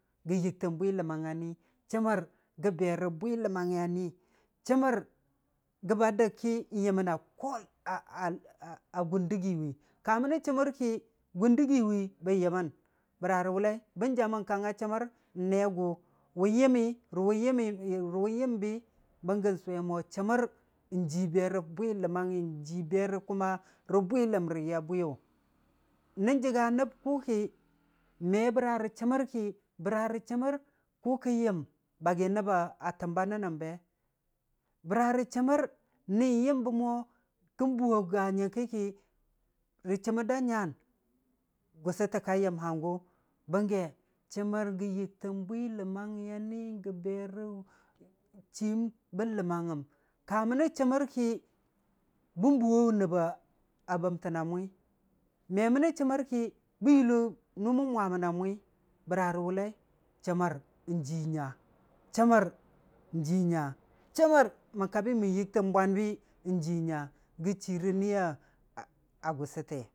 Gə yɨgtən bwi ləmmangiya ni, chəmmər gə be rə bwi ləmmangngi a ni, chəmmər gə ba dək ki yəmən a ko gʊn dɨgii wi, ka mənnə a ko a a gən dʊgii wi, ka mənnə a ko a a gʊn dɨgii wi, ka mənnə chəmmər ki gʊn dɨgii wi bən yəmən, bəra rə wʊllai bən jamən kang a chəmmər n'ne gʊ wʊn yəmmi rə wʊn yəmbi, bənggən sʊwe mo chəmmər n'jii be rə bwi ləmmangngi n'jil berə kuma rə bwi ləmriya bwiyʊ. Nən jəga nəb kʊ ki, me bə ra rə chəmmər ki, bəra rə chəmmər kʊ kən yəm bagi nəb a təm ba nənom be, bəra rə chəmmər, ni yəmbo mo kən buu a ga nyəngki ki rə chəmmər da nyan, gʊsʊtə ka yəm hangʊ, bəngge chəm, chammər gə yɨgtən bwiləmangugi a ni gə berə chiim bə ləmmangugəm. Ka mənə chəmmər ki, bən buwo wʊ nəb ba a bəmtəna mwi me mənə chəmmər ki bən yullo nʊ mən mwa məna mwi, bəra rə wʊllai, chəmmər n'jii nya, chəmmər n'ji nya, chəmmər mən kabi mən yɨgtən bwanbi n'jii nya, gə chi rə niya a gʊsʊte.